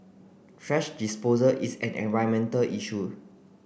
thrash disposal is an environmental issue